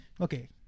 Okay